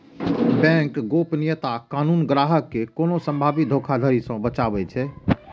bank गोपनीयता कानून ग्राहक कें कोनो संभावित धोखाधड़ी सं बचाबै छै